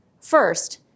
First